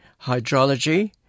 hydrology